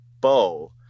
bow